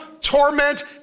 torment